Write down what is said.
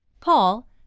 Paul